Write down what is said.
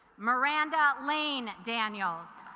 miranda lane daniel's